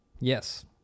Yes